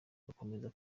bagakomeza